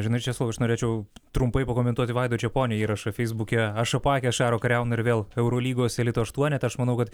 žinai česlovai aš norėčiau trumpai pakomentuoti vaido čeponio įrašą feisbuke aš apakęs šaro kariauna ir vėl eurolygos elito aštuonete aš manau kad